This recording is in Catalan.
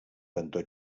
cantó